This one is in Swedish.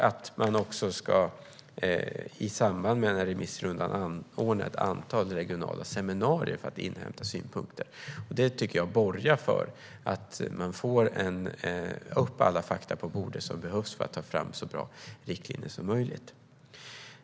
I samband med denna remissrunda ska man anordna ett antal regionala seminarier för att inhämta synpunkter. Det tycker jag borgar för att man får upp alla de fakta på bordet som behövs för att ta fram så bra riktlinjer som möjligt.